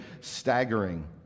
staggering